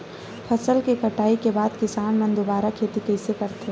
फसल के कटाई के बाद किसान मन दुबारा खेती कइसे करथे?